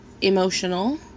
emotional